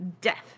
death